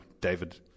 David